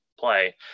play